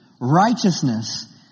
Righteousness